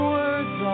Words